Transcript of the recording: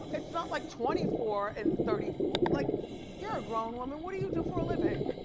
it's not like twenty four and thirty four, like you're a grown woman, what do you do for a living?